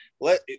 let